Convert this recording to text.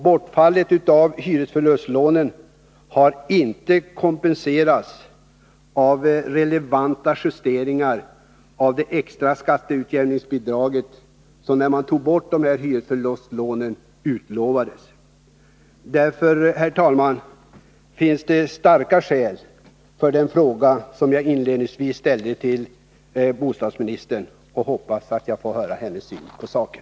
Bortfallet av hyresförlustlånen har inte kompenserats med relevanta justeringar av det extra skatteutjämningsbidrag som utlovades, när man tog bort hyresförlustlånen. Det finns därför, herr talman, starka skäl för den fråga som jag inledningsvis ställde till bostadsministern. Jag hoppas att jag får besked om hennes syn på saken.